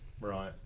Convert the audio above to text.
right